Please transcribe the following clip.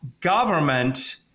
government